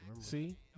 See